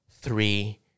three